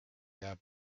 jääb